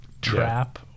trap